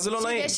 זה טירוף מערכות.